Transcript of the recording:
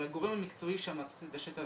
אבל הגורם המקצועי שם צריך להתעשת על